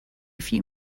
few